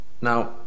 Now